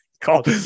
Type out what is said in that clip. Called